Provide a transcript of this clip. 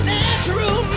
natural